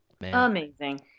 Amazing